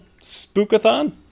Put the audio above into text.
Spookathon